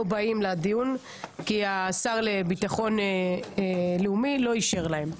באים לדיון כי השר לביטחון לאומי לא אישר להם.